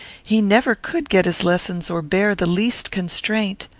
he never could get his lessons or bear the least constraint.